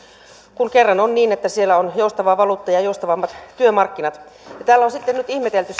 kun kerran on niin että siellä on joustava valuutta ja ja joustavammat työmarkkinat kun täällä on sitten nyt ihmetelty